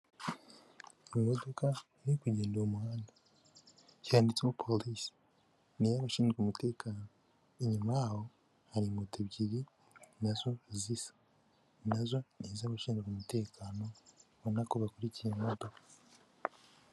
Imodoka iri kugenda mu muhanda. Yanditseho polisi. Ni iy'abashinzwe umutekano. Inyuma yaho, hari moto ebyiri, na zo zisa. Na zo ni iz'abashinzwe umutekano, ubona ko bakurikiye imodoka.